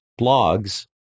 blogs